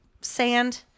sand